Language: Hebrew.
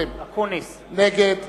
נגד,